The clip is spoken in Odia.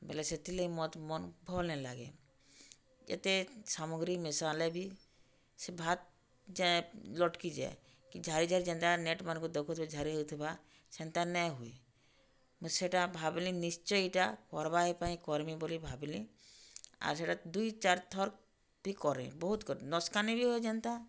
ବେଲେ ସେଥିର୍ଲାଗି ମତେ ମନ୍ ଭଲ୍ ନାଇଁ ଲାଗେ ଯେତେ ସାମଗ୍ରୀ ମିଶାଲେ ବି ସେ ଭାତ୍ ଯାଏ ଲଟ୍କିଯାଏ କି ଝାରି ଝାରି ଯେନ୍ତା ନେଟ୍ମାନ୍ଙ୍କୁ ଦେଖୁଥିବେ ଝାରି ହଉଥିବା ସେନ୍ତା ନାଇଁ ହୁଏ ମୁଁ ସେଟା ଭାବ୍ଲି ନିଶ୍ଚୟ ଇଟା କର୍ବା ହେଇ ପାଇଁ କର୍ମି ବୋଲି ଭାବ୍ଲି ଆର୍ ସେଟା ଦୁଇ ଚାର୍ ଥର୍ ବି କରେ ବହୁତ୍ ନୁସ୍କାନି ବି ହୁଏ ଯେନ୍ତା